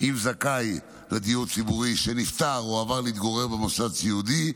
עם זכאי לדיור ציבורי שנפטר או עבר להתגורר במוסד סיעודי,